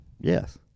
Yes